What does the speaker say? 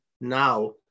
now